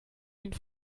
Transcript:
hängt